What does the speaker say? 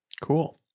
Cool